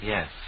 Yes